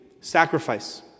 sacrifice